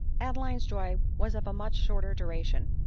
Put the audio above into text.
adeline's joy was of a much shorter duration.